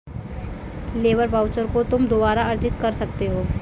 labour voucher को तुम दोबारा अर्जित कर सकते हो